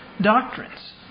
doctrines